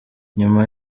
nyuma